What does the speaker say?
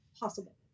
possible